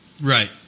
Right